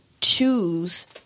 choose